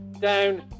down